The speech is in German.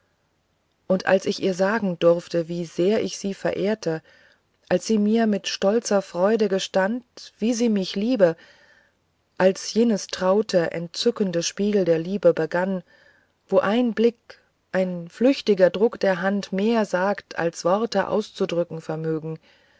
und als ich ihr sagen durfte wie ich sie verehre als sie mir mit stolzer freude gestand wie sie mich liebe als jenes traute entzückende spiel der liebe begann wo ein blick ein flüchtiger druck der hand mehr sagt als worte auszudrücken vermögen